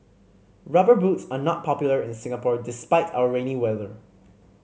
Rubber Boots are not popular in Singapore despite our rainy weather